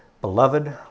Beloved